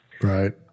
Right